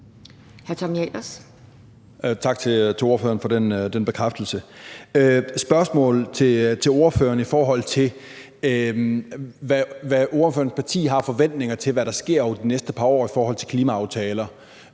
Tommy Ahlers (V): Tak til ordføreren for den bekræftelse. Jeg har et spørgsmål til ordføreren, i forhold til hvad ordførerens parti har af forventninger til, hvad der sker over de næste par år i forhold til klimaaftaler.